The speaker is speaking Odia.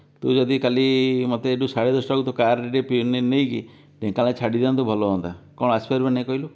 ତୁ ଯଦି କାଲି ମୋତେ ଏଠୁ ସାଢ଼େ ଦଶଟା ବେଳେ ତୋ କାର ରେ ଟିକେ ନେଇକି ଢେଙ୍କାନାଳ ଛାଡ଼ି ଦିଅନ୍ତୁ ଭଲ ହୁଅନ୍ତା କଣ ଆସି ପାରିବୁ କି ନାଇଁ କହିଲୁ